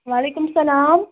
وعلیکُم سَلام